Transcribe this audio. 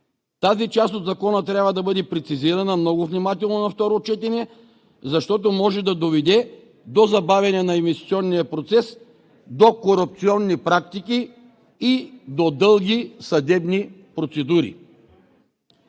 Тази част от Закона трябва да бъде прецизирана много внимателно на второ четене, защото може да доведе до забавяне на инвестиционния процес, до корупционни практики и до дълги съдебни процедури.